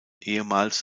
ehemals